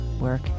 work